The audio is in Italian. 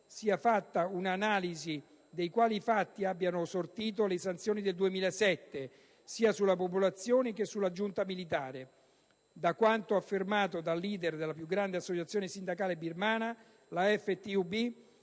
sia fatta un'analisi di quali effetti abbiano sortito le sanzioni del 2007 sia sulla popolazione che sulla giunta militare. Da quanto affermato dal leader della più grande associazione sindacale birmana, la FTUB,